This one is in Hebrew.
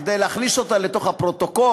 כדי להכניס אותה לתוך הפרוטוקול,